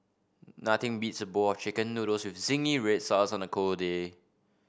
nothing beats a bowl of chicken noodles with zingy red sauce on a cold day